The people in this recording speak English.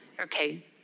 okay